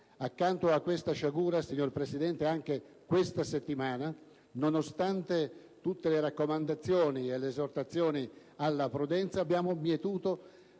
Accanto a questa sciagura, signor Presidente, anche questa settimana, nonostante tutte le raccomandazioni e le esortazioni alla prudenza, abbiamo visto